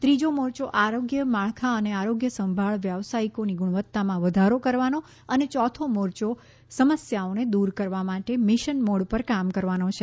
ત્રીજો મોરચો આરોગ્ય માળખાં અને આરોગ્ય સંભાળ વ્યાવસાયિકોની ગુણવત્તામાં વધારો કરવાનો છે અને ચોથો મોરચો સમસ્યાઓને દૂર કરવા માટે મિશન મોડ પર કામ કરવાનો છે